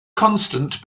constant